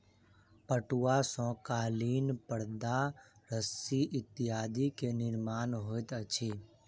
पटुआ सॅ कालीन परदा रस्सी इत्यादि के निर्माण होइत अछि